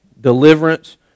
Deliverance